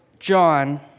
John